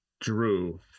drew